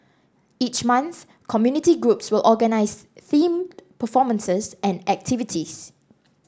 each month community groups will organise themed performances and activities